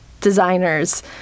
designers